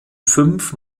fünf